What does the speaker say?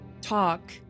talk